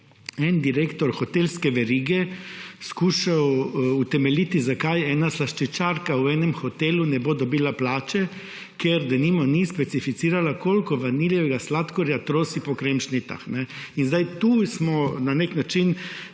en direktor hotelske verige skušal utemeljiti, zakaj ena slaščičarka v enem hotelu ne bo dobila plače, ker denimo ni specificirala, koliko vaniljevega sladkorja trosi po kremšnitah. In zdaj tu smo na nek način,